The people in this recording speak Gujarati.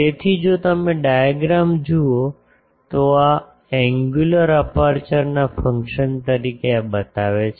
તેથી જો તમે ડાયાગ્રામ જુઓ આ એન્ગ્યુલર અપેર્ચરના ફંકશન તરીકે આ બતાવે છે